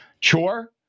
Chore